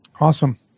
Awesome